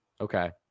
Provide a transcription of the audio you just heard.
Okay